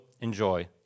enjoy